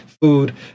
food